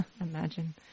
imagine